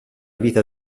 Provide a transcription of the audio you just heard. vita